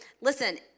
listen